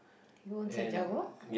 he owns a Jaguar